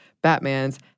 Batman's